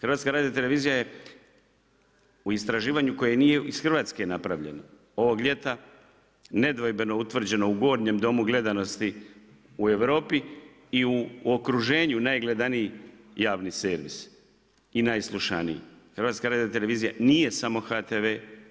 Hrvatska radiotelevizija je u istraživanju koje nije iz Hrvatske napravljeno ovog ljeta nedvojbeno je utvrđeno u gornjem domu gledanosti u Europi i u okruženju najgledaniji javni servis i najslušaniji, Hrvatska radiotelevizija nije samo HTV-e.